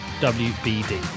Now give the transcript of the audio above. W-B-D